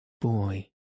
Boy